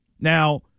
Now